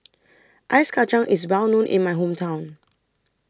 Ice Kachang IS Well known in My Hometown